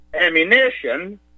ammunition